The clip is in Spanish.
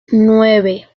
nueve